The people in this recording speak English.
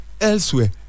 elsewhere